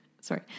Sorry